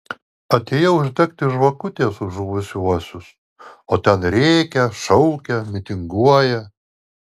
atėjau uždegti žvakutės už žuvusiuosius o ten rėkia šaukia mitinguoja